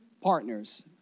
partners